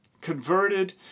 converted